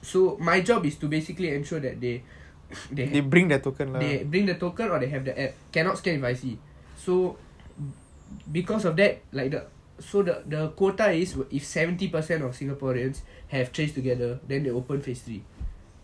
so my job is to basically ensure that they bring the token or they have the app cannot scan with I_C so because of that like the so the the quota is if seventy percent of singaporeans have trace together then they open phase three